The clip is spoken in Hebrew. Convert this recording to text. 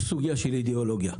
כאן נכנסים גם לעולם של אידיאולוגיה.